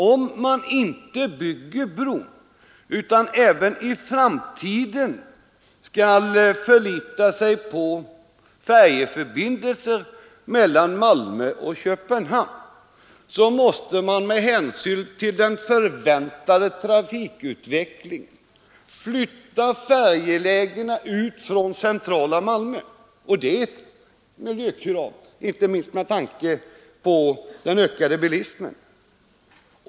Om man inte bygger bron utan även i framtiden skall förlita sig på färjeförbindelser mellan Malmö och Köpenhamn måste man med hänsyn till den förväntade trafikutvecklingen flytta färjelägena ut från centrala Malmö, och det är ett miljökrav, inte minst med tanke på den ökade bilismen.